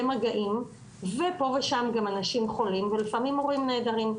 מגעים ופה ושם גם אנשים חולים ולפעמים מורים נעדרים.